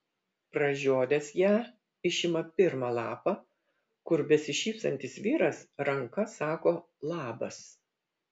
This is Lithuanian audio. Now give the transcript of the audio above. pražiodęs ją išima pirmą lapą kur besišypsantis vyras ranka sako labas